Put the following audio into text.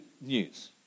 news